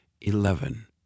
eleven